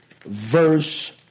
verse